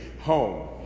home